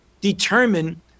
determine